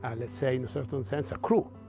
ah let's say in a certain sense a cru.